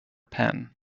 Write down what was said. penn